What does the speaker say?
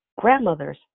grandmothers